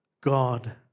God